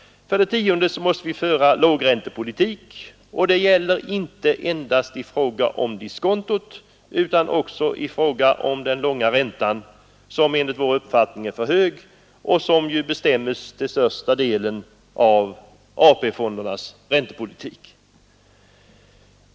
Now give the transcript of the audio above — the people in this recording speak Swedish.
För det tionde måste vi föra lågräntepolitik, och det gäller inte endast i fråga om diskontot utan också i fråga om den långa räntan, som enligt vår uppfattning är för hög och som ju till största delen bestäms genom AP-fondernas räntepolitik.